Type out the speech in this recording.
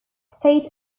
state